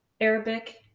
Arabic